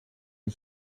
and